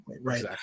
Right